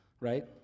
right